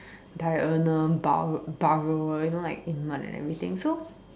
diurnal burro~ burrower you know like in mud and everything so